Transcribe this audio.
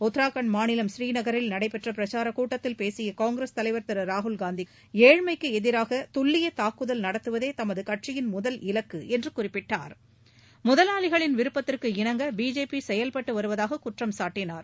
உத்தராகண்ட் மாநிலம் பூரீநகரில் நடைபெற்ற பிரச்சார கூட்டத்தில் பேசிய காங்கிரஸ் தலைவர் திரு ராகுல்காந்தி ஏழ்மைக்கு எதிராக துல்லிய தாக்குதல் நடத்துவதே தமது கட்சியின் முதல் இலக்கு என்று குறிப்பிட்டார் முதலாளிகளின் விருப்பத்திற்கு இணங்க பிஜேபி செயல்பட்டுவருவதாக குற்றம் சாட்டினார்